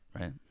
right